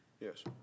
Yes